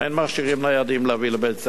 אין להביא מכשירים ניידים לבית-הספר,